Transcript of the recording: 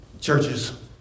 Churches